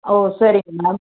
ஓ சரிங்க மேம்